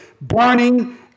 burning